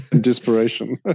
Desperation